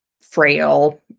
frail